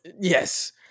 Yes